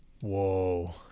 Whoa